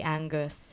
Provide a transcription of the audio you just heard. Angus